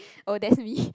oh that's me